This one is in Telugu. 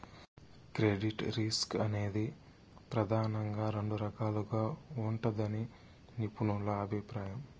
క్రెడిట్ రిస్క్ అనేది ప్రెదానంగా రెండు రకాలుగా ఉంటదని నిపుణుల అభిప్రాయం